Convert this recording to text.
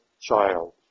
child